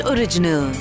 Original